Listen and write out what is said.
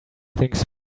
things